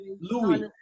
Louis